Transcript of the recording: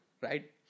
right